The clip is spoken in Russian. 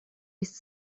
есть